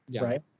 right